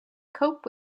cope